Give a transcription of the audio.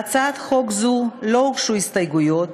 להצעת זו לא הוגשו הסתייגויות,